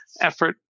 effort